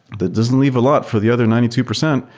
that doesn't leave a lot for the other ninety two percent.